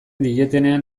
dietenean